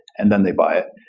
and then they buy it.